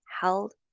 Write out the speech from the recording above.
held